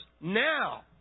now